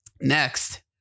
next